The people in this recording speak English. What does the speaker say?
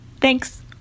Thanks